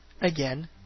again